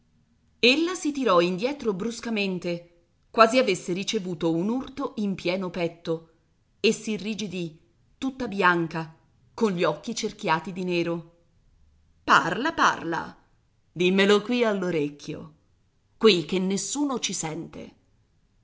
aspettando ella si tirò indietro bruscamente quasi avesse ricevuto un urto in pieno petto e s'irrigidì tutta bianca cogli occhi cerchiati di nero parla parla dimmelo qui all'orecchio qui che nessuno ci sente